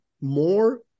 more